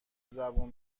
زبون